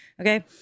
Okay